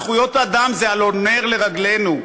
זכויות אדם זה הלוא נר לרגלינו.